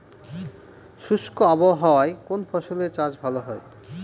শুষ্ক আবহাওয়ায় কোন ফসলের চাষ ভালো হয়?